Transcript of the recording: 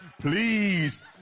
please